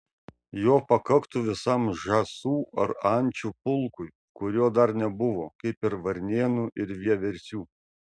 jo pakaktų visam žąsų ar ančių pulkui kurio dar nebuvo kaip ir varnėnų ir vieversių